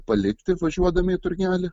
palikti važiuodami į turgelį